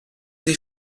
des